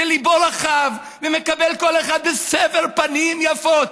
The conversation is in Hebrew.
שליבו רחב ומקבל כל אחד בסבר פנים יפות,